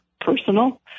personal